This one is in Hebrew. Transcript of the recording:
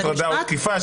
הטרדה או תקיפה,